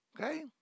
Okay